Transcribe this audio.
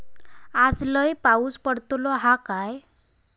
आज लय पाऊस पडतलो हा काय?